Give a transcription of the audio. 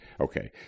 Okay